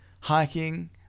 hiking